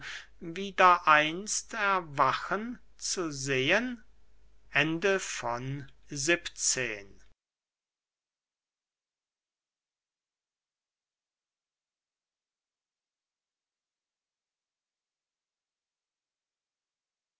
wieder einst erwachen zu sehen